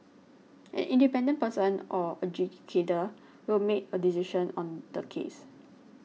an independent person or adjudicator will make a decision on the case